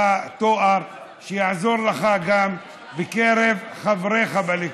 תואר שיעזור לך גם בקרב חבריך בליכוד,